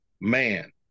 man